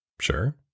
Sure